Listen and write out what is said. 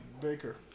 Baker